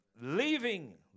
leaving